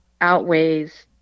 outweighs